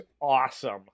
awesome